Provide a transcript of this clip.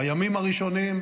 בימים הראשונים,